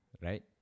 right